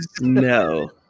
no